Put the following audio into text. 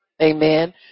Amen